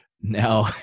now